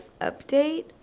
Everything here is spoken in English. update